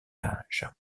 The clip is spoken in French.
âge